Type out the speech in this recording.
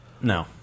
No